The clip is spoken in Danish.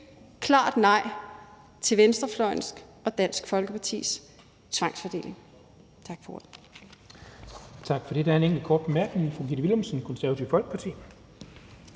klart nej til venstrefløjens og Dansk Folkepartis tvangsfordeling. Tak for ordet.